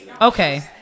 Okay